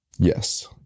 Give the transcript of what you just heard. Yes